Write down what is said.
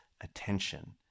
attention